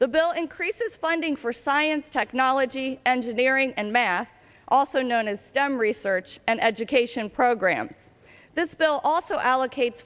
the bill increases funding for science technology engineering and math also known as stem research and education program this bill also allocate